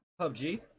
PUBG